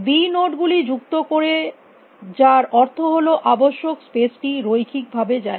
b node গুলি যুক্ত করে যার অর্থ হল আবশ্যক স্পেস টি রৈখিক ভাবে যায়